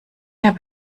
habe